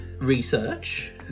research